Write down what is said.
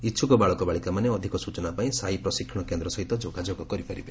ଇ ବାଳକବାଳିକାମାନେ ଅଧିକ ସୂଚନା ପାଇଁ ସାଇ ପ୍ରଶିକ୍ଷଣ କେନ୍ଦ୍ ସହିତ ଯୋଗାଯୋଗ କରିପାରିବେ